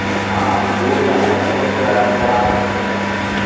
हॅं बूट आ सरसोंके केरावके ई सब